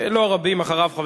לא רבים אחריו.